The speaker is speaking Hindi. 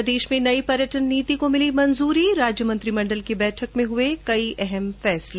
प्रदेश में नई पर्यटन नीति को मिली मंजूरी राज्य मंत्रिमंडल की बैठक में हुए कई अहम फैसले